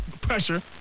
pressure